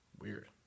Weird